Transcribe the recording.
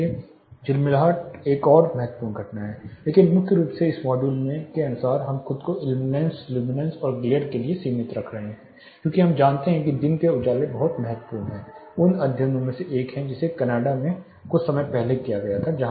इसलिए झिलमिलाहट एक और महत्वपूर्ण घटना है लेकिन मुख्य रूप से इस मॉड्यूल के अनुसार हम खुद को इल्यूमिनेंस लुमिनस और ग्लेर के लिए सीमित कर रहे हैं क्योंकि हम जानते हैं कि दिन के उजाले बहुत महत्वपूर्ण है उन अध्ययनों में से एक है जिसे कनाडा में कुछ समय पहले किया था